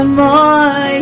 more